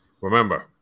remember